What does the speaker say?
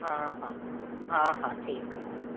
हा हा हा हा ठीकु आहे भेण